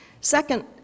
Second